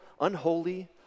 unholy